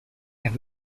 have